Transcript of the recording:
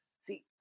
see